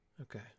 Okay